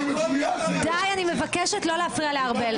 אני מבקשת לא להפריע לארבל.